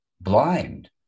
blind